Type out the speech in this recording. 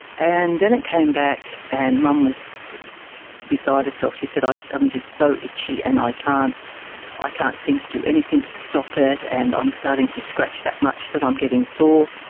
and then it came back and mum was beside herself. she said, like i'm just so itchy and i can't i can't seem to do anything to stop it, and i'm starting to scratch that much that i'm getting sore.